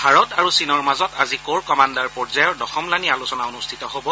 ভাৰত আৰু চীনৰ মাজত আজি কৰ কামাণ্ডাৰ পৰ্যায়ৰ দশমলানি আলোচনা অনুষ্ঠিত হব